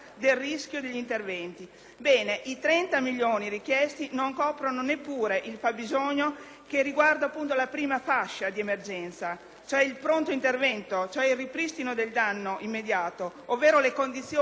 Ebbene, i 30 milioni richiesti non coprono neppure il fabbisogno che riguarda la prima fascia di emergenza, cioè il pronto intervento, cioè il ripristino del danno immediato ovvero le condizioni minime di agibilità.